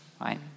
right